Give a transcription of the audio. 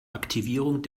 aktivierung